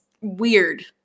weird